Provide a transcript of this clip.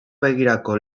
begirako